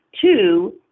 two